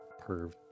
Perv